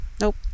nope